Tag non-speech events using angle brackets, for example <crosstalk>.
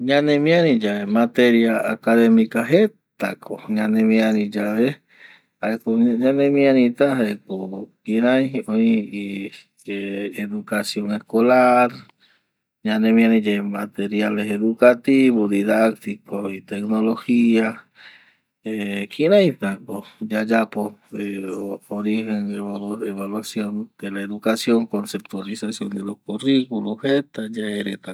Ñanemiari yae materia academica jeta ko, ñanemiri yave jaeko ñanemiarita jaeko kirai oi <hesitation> educacion escolar ñanemiari yae materiales educativo didactico y tecnologia <hesitation> kiraita ko yayapo <hesitation> origen de evaluacion de la educacion conceptualizacion de los corriculum jeta yae reta ko